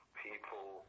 people